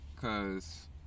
Cause